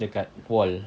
dekat wall